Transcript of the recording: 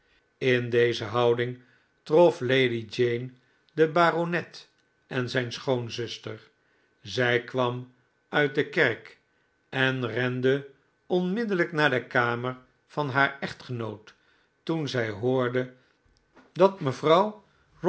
in deze houding trof lady jane den baronet en zijn schoonzuster zij kwam uit de kerk en rende onmiddellijk naar de kamer van haar echtgenoot toen zij hoorde dat mevrouw